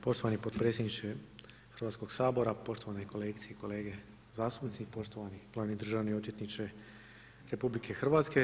Poštovani potpredsjedniče Hrvatskog sabora, poštovane kolegice i kolege zastupnici, poštovani glavni državni odvjetniče RH.